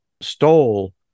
stole